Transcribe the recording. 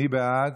מי בעד?